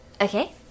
Okay